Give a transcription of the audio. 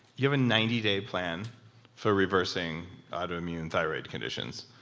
you have a ninety day plan for reversing autoimmune thyroid conditions.